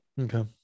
Okay